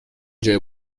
جای